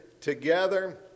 together